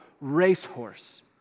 racehorse